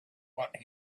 what